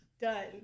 done